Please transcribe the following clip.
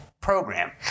program –